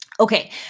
Okay